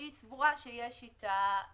שהיא סבורה שיש איתה בעיות.